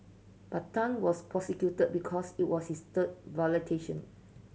but Tan was prosecuted because it was his third